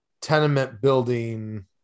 tenement-building